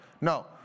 No